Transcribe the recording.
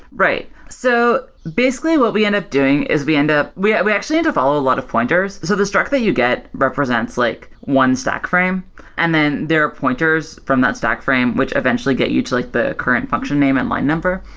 right. so basically what we end up doing is we end up we we actually need to follow a lot of pointers. so the struct that you get represents like one stack frame and then there are pointers from that stack frame which eventually get you to like the current function name and line number,